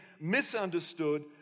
misunderstood